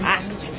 act